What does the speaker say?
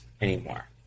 anymore